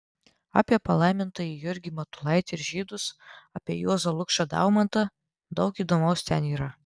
apie palaimintąjį jurgį matulaitį ir žydus apie juozą lukšą daumantą daug įdomaus ten yra